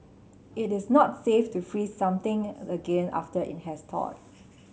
it is not safe to freeze something again after it has thawed